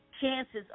chances